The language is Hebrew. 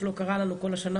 מה שלא קרה לנו כל השנה,